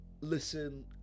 listen